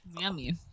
yummy